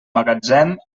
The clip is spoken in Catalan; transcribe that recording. magatzem